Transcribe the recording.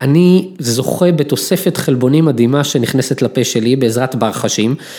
‫אני זוכה בתוספת חלבונים מדהימה ‫שנכנסת לפה שלי בעזרת בר חשים.